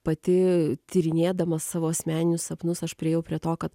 pati tyrinėdama savo asmeninius sapnus aš priėjau prie to kad